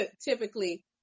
typically